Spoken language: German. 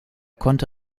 konnte